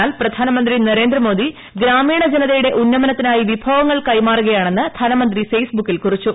എന്നാൽ പ്രധാനമന്ത്രി നരേന്ദ്രമോദി ഗ്രാമീണ ജനതയുടെ ഉന്നമനത്തിനായി വിഭവങ്ങൾ കൈമാറുകയാണെന്ന് ധനമന്ത്രി ഫെയ്സ്ബുക്കിൽ കുറിച്ചു